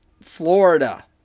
Florida